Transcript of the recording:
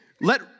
Let